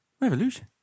Revolution